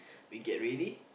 we get ready